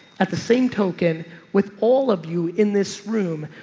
at the same token with all of you in this room.